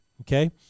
okay